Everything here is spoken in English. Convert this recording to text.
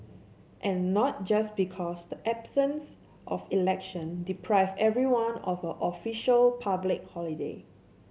and not just because the absence of election deprived everyone of a official public holiday